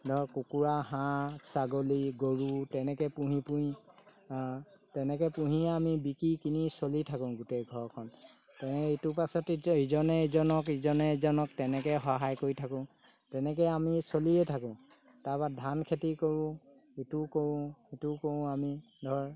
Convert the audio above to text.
ধৰ কুকুৰা হাঁহ ছাগলী গৰু তেনেকৈ পুহি পুহি তেনেকৈ পুহিয়ে আমি বিকি কিনি চলি থাকোঁ গোটেই ঘৰখন তেনেকৈ ইটোৰ পাছত ইজনে ইজনক ইজনে ইজনক তেনেকৈ সহায় কৰি থাকোঁ তেনেকৈ আমি চলিয়ে থাকোঁ তাৰপৰা ধান খেতি কৰোঁ ইটো কৰোঁ ইটো কৰোঁ আমি ধৰ